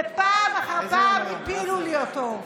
ופעם אחר פעם הפילו לי אותו.